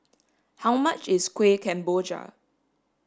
how much is Kueh Kemboja